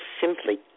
simply